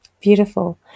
Beautiful